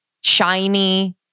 shiny